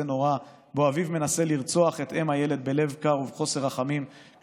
נורא בו אביו מנסה לרצוח את אם הילד בלב קר ובחוסר רחמים,